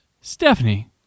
Stephanie